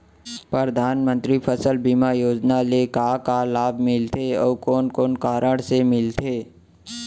परधानमंतरी फसल बीमा योजना ले का का लाभ मिलथे अऊ कोन कोन कारण से मिलथे?